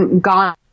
gone